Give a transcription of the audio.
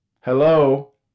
Hello